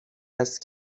هست